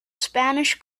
spanish